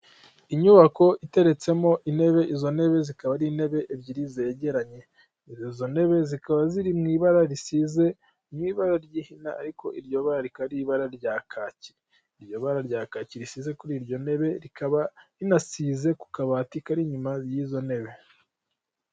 Inyubako iteretsemo intebe, izo ntebe zikaba ari intebe ebyiri zegeranye. Izo ntebe zikaba ziri mu ibara risize, mu ibara ry'ihina ariko iryo bara rikaba ibara rya kaki. Iryo bara rya kaki risize kuri izo ntebe, rikaba rinasize ku kabati kari inyuma y'izo ntebe.